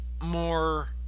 more